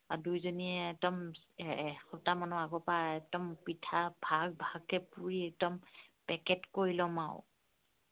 আৰু দুয়োজনীয়ে একদম এসপ্তাহ মানৰ আগৰপৰা একদম পিঠা ভাগ ভাগকৈ পুৰি একদম পেকেট কৰি ল'ম আৰু